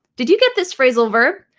did you get this phrasal verb?